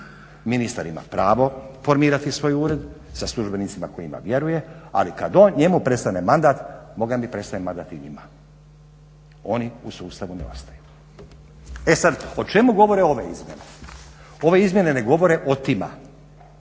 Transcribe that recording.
ministar ima pravo formirati svoj ured sa službenicima kojima vjeruje ali kada njemu prestane mandat bogami prestaje mandat i njima. Oni u sustavu ne ostaju. E sada o čemu govore ove izmjene? Ove izmjene ne govore o tima,